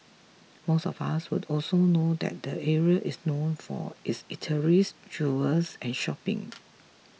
most of us would also know that the area is known for its eateries jewellers and shopping